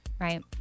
Right